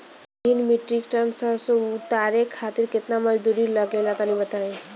तीन metric tonne सरसो उतारे खातिर केतना मजदूरी लगे ला तनि बताई?